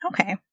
Okay